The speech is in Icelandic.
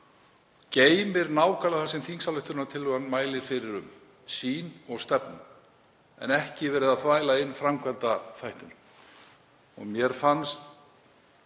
geymir nákvæmlega það sem þingsályktunartillagan mælir fyrir um, sýn og stefnu, ekki er verið að þvæla inn framkvæmdaþættinum.